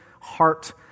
heart